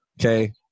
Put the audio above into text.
okay